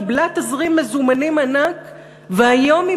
קיבלה תזרים מזומנים ענק והיום היא